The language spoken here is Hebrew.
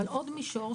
אבל עוד מישור,